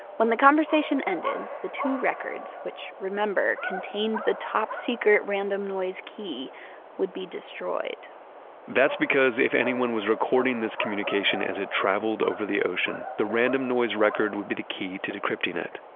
when the conversation ended, the two records which remember contained the top-secret random noise key would be destroyed that's because if anyone was recording this communication as it traveled over the ocean, the random noise record would be the key to decrypting it.